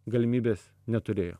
galimybės neturėjo